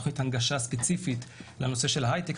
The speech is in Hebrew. תוכנית הנגשה ספציפית לנושא ההייטק.